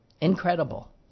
Incredible